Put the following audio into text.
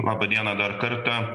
laba diena dar kartą